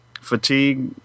fatigue